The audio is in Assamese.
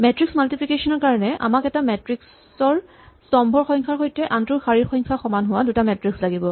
মেট্ৰিক্স মাল্টিপ্লিকেচনৰ কাৰণে আমাক এটা মেট্ৰিক্স ৰ স্তম্ভৰ সংখ্যাৰ সৈতে আনটোৰ শাৰীৰ সংখ্যা সমান হোৱা দুটা মেট্ৰিক্স লাগিব